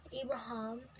Abraham